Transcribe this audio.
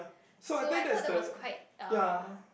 so I thought that was quite uh